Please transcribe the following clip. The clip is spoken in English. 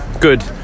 good